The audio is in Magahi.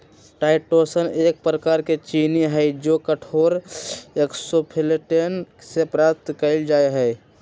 काईटोसन एक प्रकार के चीनी हई जो कठोर एक्सोस्केलेटन से प्राप्त कइल जा हई